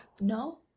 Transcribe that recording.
no